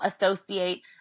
associate